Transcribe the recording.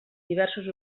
diversos